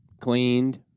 cleaned